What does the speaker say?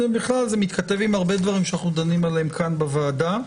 זה מתכתב עם הרבה דברים שאנחנו דנים עליהם כאן בוועדה,